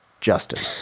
Justin